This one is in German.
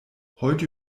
heute